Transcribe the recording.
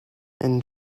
and